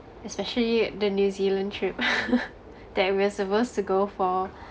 especially the new zealand trip that we're supposed to go for